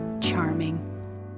charming